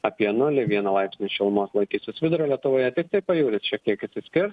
apie nulį vieną laipsnį šilumos laikysis vidurio lietuvoje tiktai pajūris šiek tiek išsiskirs